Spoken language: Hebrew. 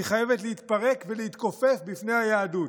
היא חייבת להתפרק ולהתכופף בפני היהדות,